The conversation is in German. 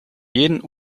jeden